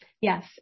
Yes